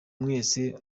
mwese